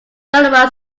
modified